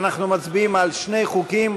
אנחנו מצביעים על שני חוקים,